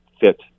fit